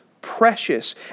precious